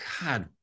God